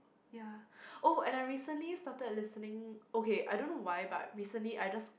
ya oh and I recently started listening okay I don't know why but recently I just